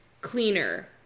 cleaner